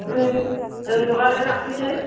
लोंनोबालाय लांफैदो